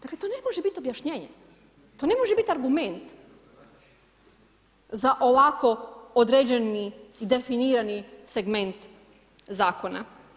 Dakle to ne može biti objašnjenje, to ne može biti argument za ovako određeni i definirani segment zakona.